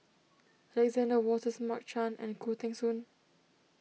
Alexander Wolters Mark Chan and Khoo Teng Soon